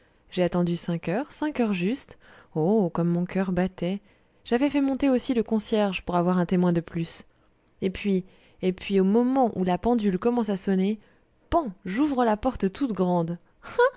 j'ai attendu cinq heures cinq heures juste oh comme mon coeur battait j'avais fait monter aussi le concierge pour avoir un témoin de plus et puis et puis au moment où la pendule commence à sonner pan j'ouvre la porte toute grande